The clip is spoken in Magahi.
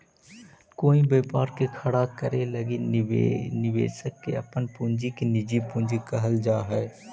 कोई व्यापार के खड़ा करे लगी निवेशक के अपन पूंजी के निजी पूंजी कहल जा हई